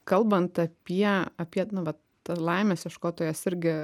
kalbant apie apie nu vat laimės ieškotojas irgi